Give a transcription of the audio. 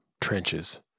trenches